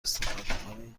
استفاده